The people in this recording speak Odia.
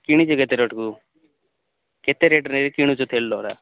କିଣିକି କେତେ ରେଟ୍କୁ କେତେ ରେଟ୍ରେ କିଣୁଛ ତେଲ